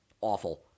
awful